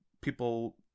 people